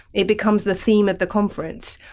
it becomes the theme at the conference,